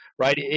right